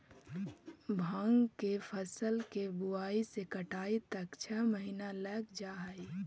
भाँग के फसल के बुआई से कटाई तक में छः महीना लग जा हइ